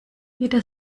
jeder